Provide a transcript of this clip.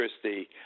Christie